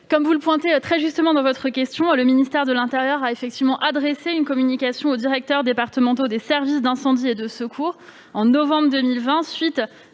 comme vous le pointez justement dans votre question, le ministère de l'intérieur a bien adressé une communication aux directeurs départementaux des services d'incendie et de secours au mois de novembre 2020, à